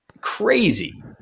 crazy